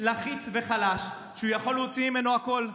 לחיץ וחלש שהוא יכול להוציא ממנו הכול.